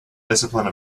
discipline